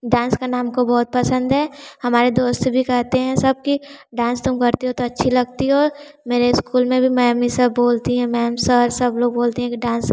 dance करना हमको बहुत पसंद है हमारे दोस्त भी करते हैं सबकी डांस तुम करते हो तो अच्छी लगती हो मेरे स्कूल में भी मैम हमेशा बोलती है मैम सर सब लोग बोलते हैं कि डांस